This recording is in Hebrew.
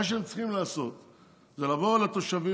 מה שהם צריכים לעשות זה לבוא לתושבים